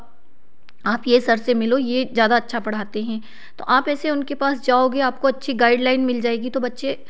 आप यह सर से मिलो यह ज़्यादा अच्छा पढ़ाते हैं तो आप ऐसे उनके पास जाओगे आपको अच्छी गाइडलाइन मिल जाएगी तो बच्चे